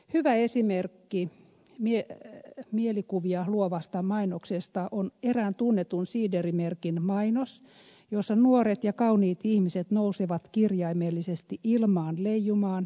hyvä esimerkki mielikuvia luovasta mainoksesta on erään tunnetun siiderimerkin mainos jossa nuoret ja kauniit ihmiset nousevat kirjaimellisesti ilmaan leijumaan juotuaan siideriä